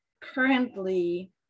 currently